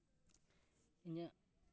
ᱤᱧᱟᱹᱜ